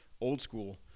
old-school